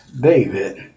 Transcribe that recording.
David